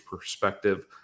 perspective